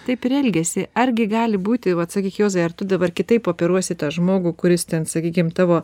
taip ir elgiasi argi gali būti vat sakyk juozai ar tu dabar kitaip operuosi tą žmogų kuris ten sakykim tavo